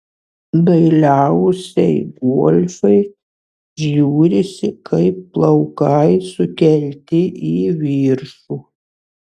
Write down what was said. dailiausiai golfai žiūrisi kai plaukai sukelti į viršų